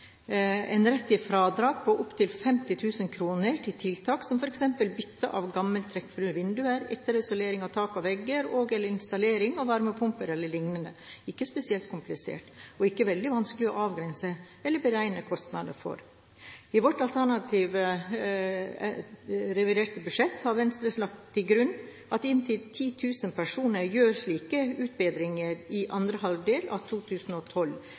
en rett til et fradrag på inntil 50 000 kr til tiltak som f.eks. bytte av gamle trekkfulle vinduer, etterisolering av tak og vegger og/eller installering av varmepumpe eller lignende. Det er ikke spesielt komplisert og ikke veldig vanskelig å avgrense eller beregne kostnader for. I vårt alternativ til revidert budsjett har Venstre lagt til grunn at inntil 10 000 personer gjør slike utbedringer i andre halvdel av 2012,